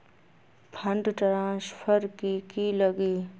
Fund transfer कि की लगी?